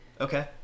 okay